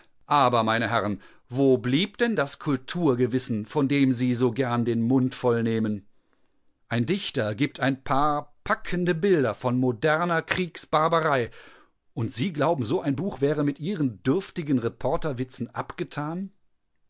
aber meine herren wo blieb denn das kulturgewissen von dem sie so gern den mund voll nehmen ein dichter gibt ein paar packende bilder von moderner kriegsbarbarei und sie glauben so ein buch wäre mit ihren dürftigen reporterwitzen abgetan